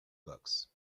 books